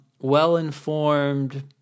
well-informed